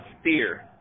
steer